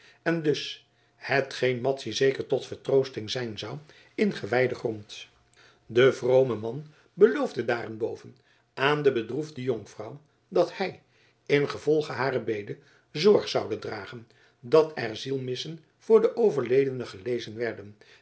en dus hetgeen madzy zeker tot vertroosting zijn zou in gewijden grond de vrome man beloofde daarenboven aan de bedroefde jonkvrouw dat hij ingevolge hare bede zorg zoude dragen dat er zielmissen voor den overledene gelezen werden